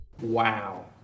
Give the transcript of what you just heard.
Wow